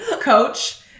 coach